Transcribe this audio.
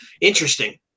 Interesting